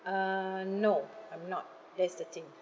uh no I'm not that's the thing